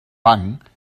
banc